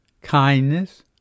kindness